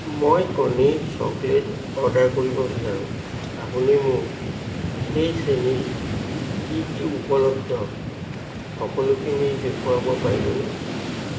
মই কণী chocolate order কৰিব বিচাৰোঁ আপুনি মোক সেই শ্ৰেণীত কি কি উপলব্ধ সকলোখিনি দেখুৱাব পাৰিবনে